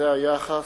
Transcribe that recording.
זה היחס,